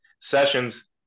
sessions